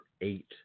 eight